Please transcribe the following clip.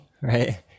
right